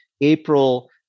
April